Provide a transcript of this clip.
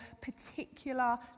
particular